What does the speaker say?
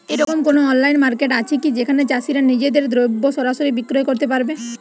এরকম কোনো online market আছে কি যেখানে চাষীরা নিজেদের দ্রব্য সরাসরি বিক্রয় করতে পারবে?